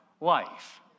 life